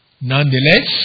Nonetheless